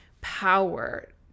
power